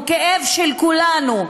הוא כאב של כולנו,